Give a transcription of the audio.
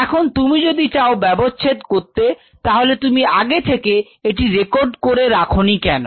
এখন তুমি যদি চাও ব্যবচ্ছেদ করতে তাহলে তুমি আগে থেকে এটি রেকর্ড করে রাখো নি কেন